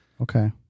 Okay